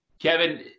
Kevin